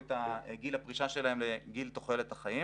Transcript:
את גיל הפרישה שלהם לגיל תוחלת החיים.